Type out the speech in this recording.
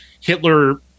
Hitler